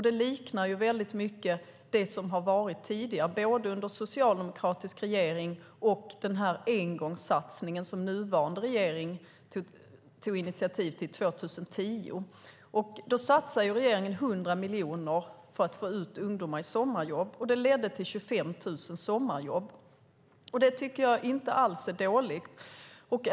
Det liknar mycket vad som har skett tidigare under både socialdemokratisk regering och den engångssatsning som nuvarande regering tog initiativ till 2010. Regeringen satsade 100 miljoner för att få ut ungdomar i sommarjobb, och det ledde till 25 000 sommarjobb. Det är inte alls dåligt.